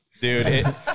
Dude